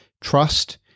trust